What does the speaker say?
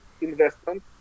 investment